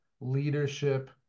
leadership